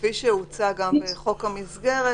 כפי שהוצע גם בחוק המסגרת,